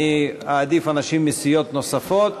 אני אעדיף אנשים מסיעות נוספות.